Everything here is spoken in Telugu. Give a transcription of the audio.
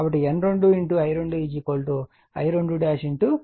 అంటే I2 I2 N2 N1 లేదా I2 I2 N1 N2